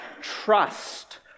trust